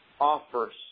offers